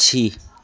पक्षी